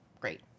great